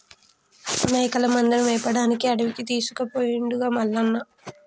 మేకల మందను మేపడానికి అడవికి తీసుకుపోయిండుగా మల్లన్న